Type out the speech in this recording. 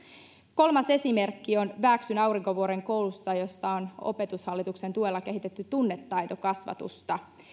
kolmas esimerkki on vääksyn aurinkovuoren koulusta jossa on opetushallituksen tuella kehitetty tunnetaitokasvatusta